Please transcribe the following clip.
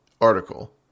article